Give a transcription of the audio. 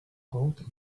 coat